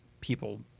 people